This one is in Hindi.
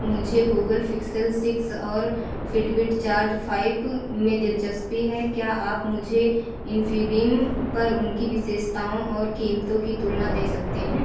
मुझे गूगल फिक्सेल सिक्स और फ़िटबिट चार्ज फ़ाइव में दिलचस्पी है क्या आप मुझे इन्फीबीम पर उनकी विशेषताओं और कीमतों की तुलना दे सकते हैं